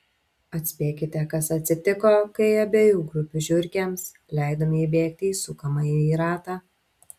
atspėkite kas atsitiko kai abiejų grupių žiurkėms leidome įbėgti į sukamąjį ratą